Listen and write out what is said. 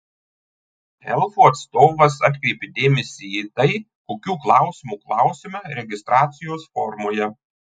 elfų atstovas atkreipė dėmesį į tai kokių klausimų klausiama registracijos formoje